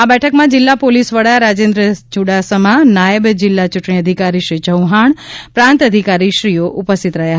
આ બેઠકમાં જિલ્લા પોલીસ વડા રાજેન્દ્રમસિંહ ચૂડાસમા નાયબ જિલ્લા ચૂંટણી અધિકારીશ્રી ચૌહાણ પ્રાંત અધિકારીશ્રીઓ ઉપસ્થિીત રહ્યાા હતા